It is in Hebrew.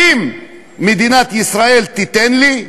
האם מדינת ישראל תיתן לי?